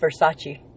Versace